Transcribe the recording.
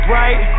right